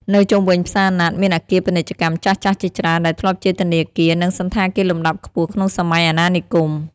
នៅជុំវិញផ្សារណាត់ មានអគារពាណិជ្ជកម្មចាស់ៗជាច្រើនដែលធ្លាប់ជាធនាគារ និងសណ្ឋាគារលំដាប់ខ្ពស់ក្នុងសម័យអាណានិគម។